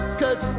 cause